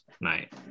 night